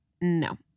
no